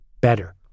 better